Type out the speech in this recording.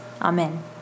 Amen